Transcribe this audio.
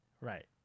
Right